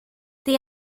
they